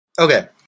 Okay